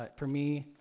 ah for me,